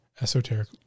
esoteric